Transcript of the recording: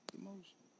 emotion